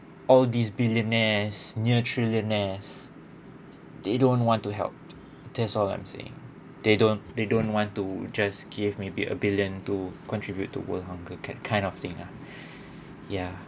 all these billionaires near trillionaires they don't want to help that's all I'm saying they don't they don't want to just give maybe a billion to contribute to world hunger kind kind of thing ah ya